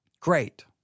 Great